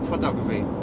Photography